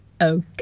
Okay